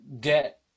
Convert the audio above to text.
get